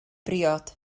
briod